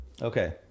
Okay